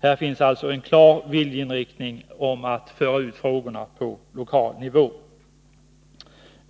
Här finns alltså en klar viljeinriktning om att föra ut frågor på lokal nivå.